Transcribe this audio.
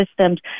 systems